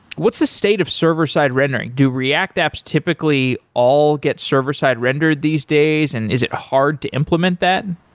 what's the state of server-side rendering? do react apps typically all get server-side rendered these days and is it hard to implement that?